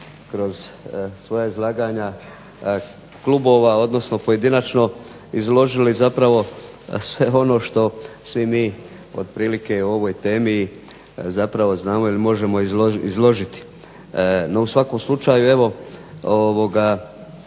kroz svoja izlaganja klubova, odnosno pojedinačno izložili i zapravo sve ono što svi mi otprilike o ovoj temi zapravo znamo i možemo izložiti. No u svakom slučaju, evo